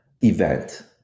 event